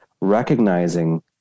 recognizing